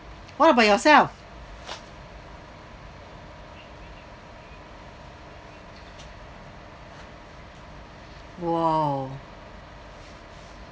what about yourself !whoa!